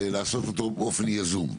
לעשות אותו באופן יזום,